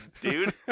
dude